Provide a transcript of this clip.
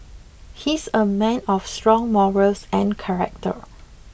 he's a man of strong morals and character